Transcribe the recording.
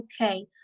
okay